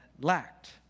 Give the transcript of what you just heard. lacked